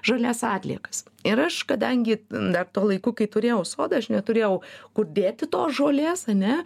žalias atliekas ir aš kadangi dar tuo laiku kai turėjau sodą aš neturėjau kur dėti tos žolės ane